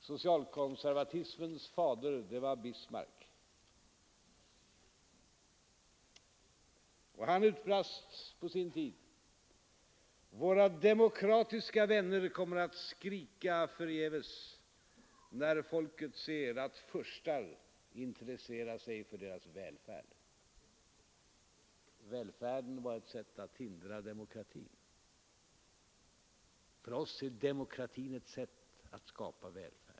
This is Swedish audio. Socialkonservatismens fader var Bismarck, och han utbrast på sin tid: ”Våra demokratiska vänner kommer att skrika förgäves, när folket ser att furstar intresserar sig för dess välfärd.” Välfärden var ett sätt att hindra demokratin. För oss är demokratin ett sätt att skapa välfärd.